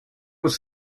was